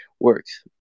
works